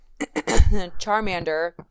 Charmander